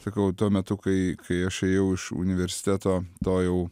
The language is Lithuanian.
sakau tuo metu kai kai aš ėjau iš universiteto to jau